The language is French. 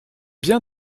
bien